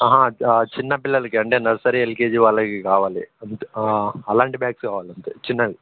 చిన్న పిల్లలకి అంటే నర్సరీ ఎల్కెజి వాళ్ళకి కావాలి అంటే అలాంటి బ్యాగ్స్ కావాలి అంతే చిన్నవి